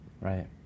right